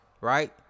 right